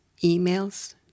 emails